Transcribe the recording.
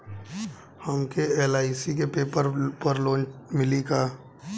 हमके एल.आई.सी के पेपर पर लोन मिली का?